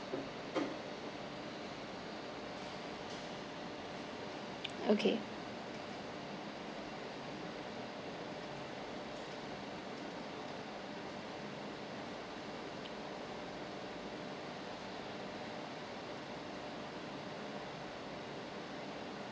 okay